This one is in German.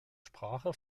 sprache